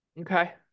okay